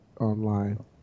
online